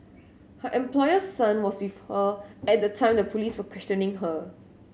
her employer's son was with her at the time the police were questioning her